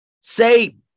say